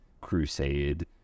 crusade